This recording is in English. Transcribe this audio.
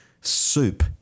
Soup